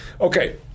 Okay